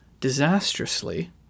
Disastrously